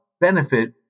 benefit